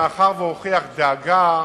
מאחר שהוא הוכיח דאגה,